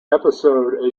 episode